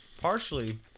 partially